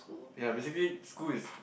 ya basically school is